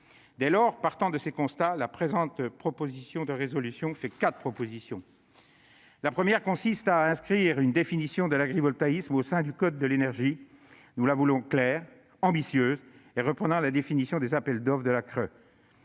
Dès lors, partant de ces constats, les auteurs du présent texte formulent quatre propositions. La première consiste à inscrire une définition de l'agrivoltaïsme au sein du code de l'énergie. Nous la voulons claire, ambitieuse, et reprenant la définition des appels d'offres de la CRE